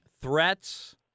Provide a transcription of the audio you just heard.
threats